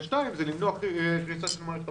ושתיים, זה למנוע קריסה של מערכת הבריאות.